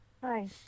Hi